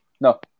No